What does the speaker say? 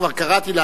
כבר קראתי לה,